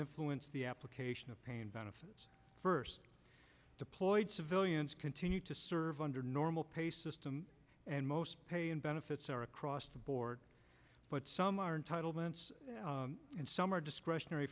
influence the application of pain benefits first deployed civilians continue to serve under normal pay system and most pay and benefits are across the board but some are entitlements and some are discretionary